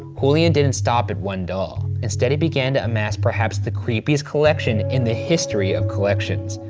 julian didn't stop at one doll. instead he began to amass perhaps the creepiest collection in the history of collections.